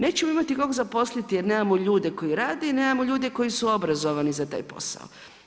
Nećemo imati koga zaposliti jer nemamo ljude koji rade i nemamo ljude koji su obrazovani za taj posao.